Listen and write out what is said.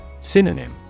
Synonym